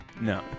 no